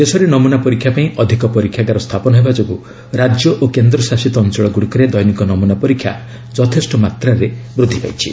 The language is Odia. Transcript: ଦେଶରେ ନମୁନା ପରୀକ୍ଷା ପାଇଁ ଅଧିକ ପରୀକ୍ଷାଗାର ସ୍ଥାପନ ହେବା ଯୋଗୁଁ ରାଜ୍ୟ ଓ କେନ୍ଦ୍ରଶାସିତ ଅଞ୍ଚଳଗ୍ରଡ଼ିକରେ ଦୈନିକ ନମ୍ରନା ପରୀକ୍ଷା ଯଥେଷ୍ଟ ମାତ୍ରାରେ ବୃଦ୍ଧି ପାଇଛି